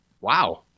wow